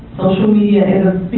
media is